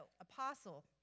apostle